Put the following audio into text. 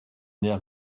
air